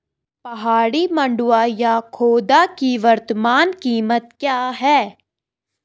पहाड़ी मंडुवा या खोदा की वर्तमान कीमत क्या है?